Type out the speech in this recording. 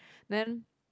then